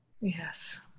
Yes